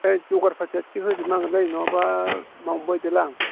ओमफ्राय जगार फाथिया थिख होजोबनांगोनलै नङाब्ला मावनो बायोदोलै आं